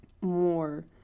more